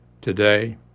today